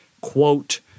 quote